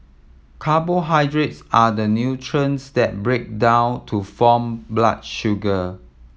carbohydrates are the nutrients that break down to form blood sugar